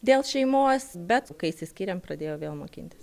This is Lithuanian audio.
dėl šeimos bet kai išsiskyrėm pradėjau vėl mokintis